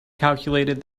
calculated